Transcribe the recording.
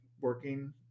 working